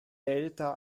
delta